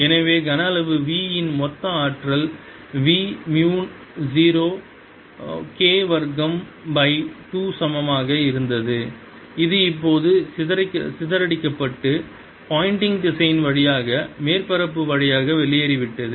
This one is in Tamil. எனவே கன அளவு v இன் மொத்த ஆற்றல் v மு ஜீரோ K வர்க்கம் பை 2 சமமாக இருந்தது இது இப்போது சிதறடிக்கப்பட்டு போயிண்டிங் திசையன் வழியாக மேற்பரப்பு வழியாக வெளியேறிவிட்டது